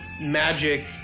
magic